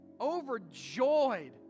overjoyed